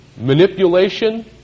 manipulation